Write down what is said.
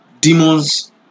demons